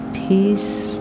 peace